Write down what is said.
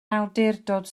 awdurdod